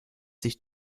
sich